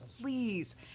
please